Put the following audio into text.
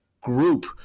group